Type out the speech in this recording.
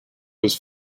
was